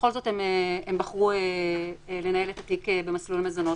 בכל זאת הן בחרו לנהל את התיק במסלול מזונות.